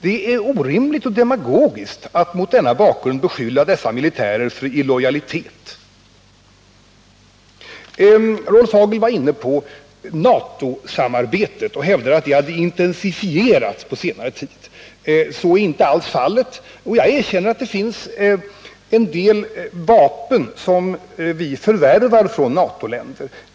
Det är orimligt och demagogiskt att mot denna bakgrund beskylla dessa militärer för illojalitet. Rolf Hagel tog också upp NATO-samarbetet och hävdade, att det hade intensifierats på senare tid. Så är inte alls fallet, även om jag erkänner att det finns en del vapen som vi förvärvar från NATO-länder.